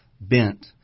bent